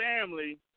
family